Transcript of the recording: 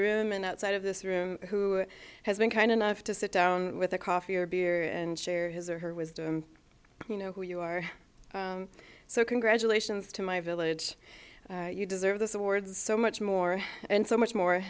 room and outside of this room who has been kind enough to sit down with a coffee or beer and share his or her wisdom you know who you are so congratulations to my village you deserve this award so much more and so much more